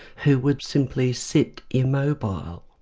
who would simply sit immobile,